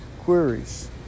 queries